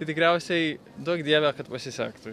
tai tikriausiai duok dieve kad pasisektų